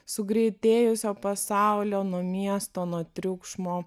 sugreitėjusio pasaulio nuo miesto nuo triukšmo